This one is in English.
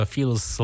Feels